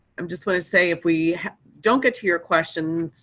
um just want to say, if we don't get to your questions,